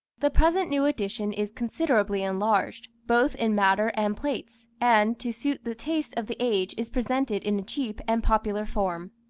the present new edition is considerably enlarged, both in matter and plates, and, to suit the taste of the age is presented in a cheap and popular form.